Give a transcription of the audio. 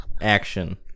action